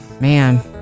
Man